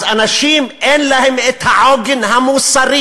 אז אנשים אין להם העוגן המוסרי